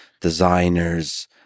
designers